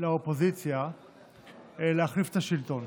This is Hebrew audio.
לאופוזיציה להחליף את השלטון.